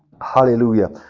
Hallelujah